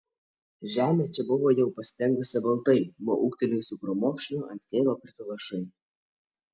žemė čia buvo jau pasidengusi baltai nuo ūgtelėjusių krūmokšnių ant sniego krito lašai